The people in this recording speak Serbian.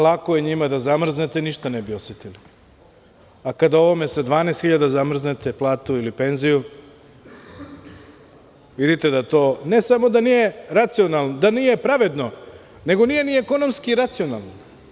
Lako je njima, njima da zamrznete, ništa ne bi osetili, a kada ovome sa 12 hiljada zamrznete platu ili penziju, vidite da to, ne samo da nije pravedno, nego nije ni ekonomski racionalno.